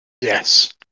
Yes